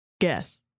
Guess